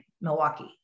Milwaukee